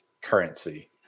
currency